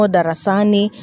Darasani